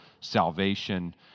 salvation